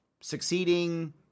succeeding